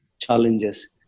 challenges